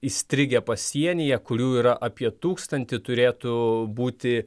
įstrigę pasienyje kurių yra apie tūkstantį turėtų būti